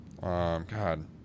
God